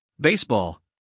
baseball